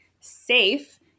safe